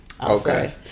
Okay